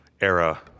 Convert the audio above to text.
era